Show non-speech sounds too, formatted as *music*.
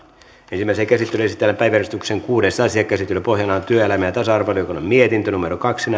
ensimmäiseen käsittelyyn esitellään päiväjärjestyksen kuudes asia käsittelyn pohjana on työelämä ja tasa arvovaliokunnan mietintö kaksi *unintelligible*